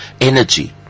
Energy